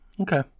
Okay